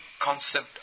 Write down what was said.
concept